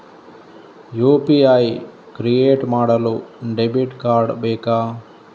UPI create ಮಾಡಲು debit card ಬೇಕಾ?